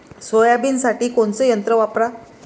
सोयाबीनसाठी कोनचं यंत्र वापरा?